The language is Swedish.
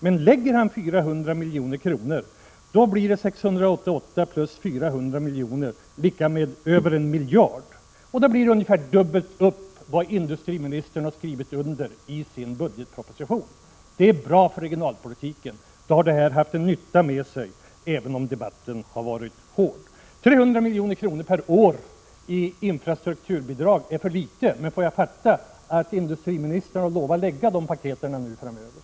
Men lägger han ut 400 milj.kr. blir det 688 milj.kr. plus 400 milj.kr., och det är över 1 miljard. Det blir ungefär dubbelt upp mot det industriministern har skrivit under i sin budgetproposition. Det är bra för regionalpolitiken. Då har argumenteringen haft nytta med sig, även om debatten har varit hård. 300 milj.kr. per år i infrastrukturbidrag är för litet, men får jag fatta det som att industriministern har lovat att lägga fram sådana paket framöver?